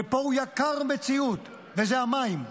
ופה הוא יקר מציאות, וזה המים.